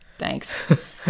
Thanks